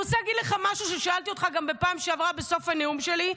אני רוצה להגיד משהו ששאלתי אותך גם בפעם שעברה בסוף הנאום שלי,